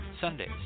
Sundays